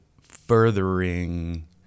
furthering